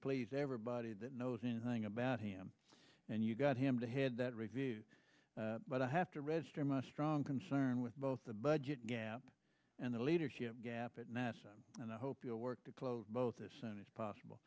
please everybody that knows anything about him and you got him to head that review but i have to register my strong concern with both the budget gap and the leadership gap at nasa and i hope you will work to close both this soon as possible